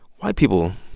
white people,